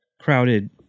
crowded